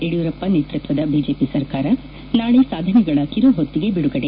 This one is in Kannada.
ಯಡಿಯೂರಪ್ಪ ನೇತ್ಪತ್ವದ ಬಿಜೆಪಿ ಸರ್ಕಾರ ನಾಳೆ ಸಾಧನೆಗಳ ಕಿರುಹೊತ್ತಿಗೆ ಬಿದುಗಡೆ